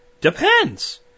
Depends